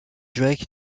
drake